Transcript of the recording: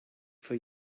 for